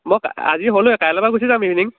মই আজি হ'লোৱে কাইলৈ পৰা গুচি যাম ইভিনিং